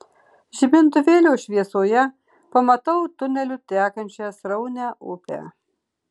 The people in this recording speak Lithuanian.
žibintuvėlio šviesoje pamatau tuneliu tekančią sraunią upę